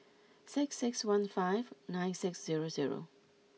six six one five nine six zero zero